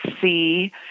see